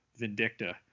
Vindicta